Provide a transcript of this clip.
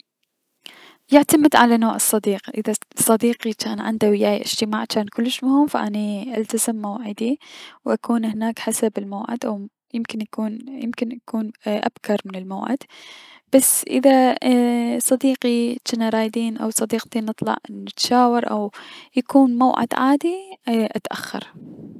يعتمد على نوع الصديق اذا صديقي جان عنده وياي اجتماع كلش مهم فاني راح التزم بمواعيدي و اكون هناك حسب الموعد و يمكن اكون يمكن اكون ابكر من الموعد بس اذا صديقي جنا رايدين او صديقتي نتشاور و نطلع بموعد عادي فأتأخر.